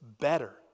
better